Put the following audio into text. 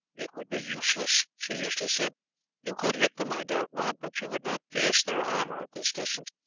it would be useless, sir eustace said you could hit them, i doubt not, but you would not pierce their armour at this distance,